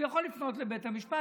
הוא יכול לפנות לבית המשפט,